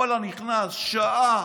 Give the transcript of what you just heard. ואללה, נכנס, שעה,